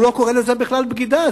הוא לא קורא לזה בכלל בגידה,